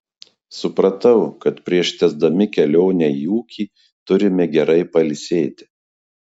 supratau kad prieš tęsdami kelionę į ūkį turime gerai pailsėti